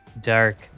dark